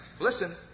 Listen